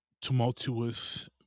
tumultuous